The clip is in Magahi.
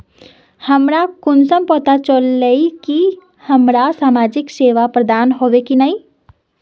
हमरा कुंसम पता चला इ की हमरा समाजिक सेवा प्रदान होबे की नहीं?